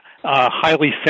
highly